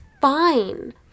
fine